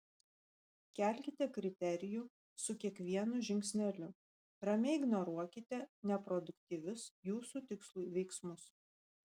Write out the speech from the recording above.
kelkite kriterijų su kiekvienu žingsneliu ramiai ignoruokite neproduktyvius jūsų tikslui veiksmus